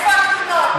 איפה, תודה רבה.